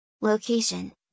Location